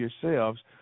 yourselves